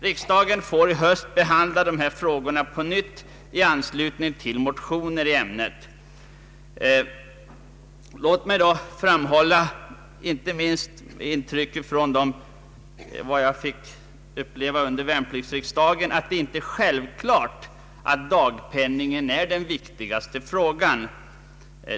Riksdagen får i höst behandla dessa frågor på nytt i anslutning till motioner i ämnet. Låt mig framhålla att jag under besök vid värnpliktsriksdagen fick intrycket att det inte är självklart att dagpenningen är den viktigaste frågan.